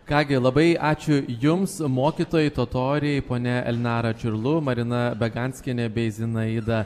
ką gi labai ačiū jums mokytojai totoriai ponia elnara čurlu marina beganskienė bei zinaida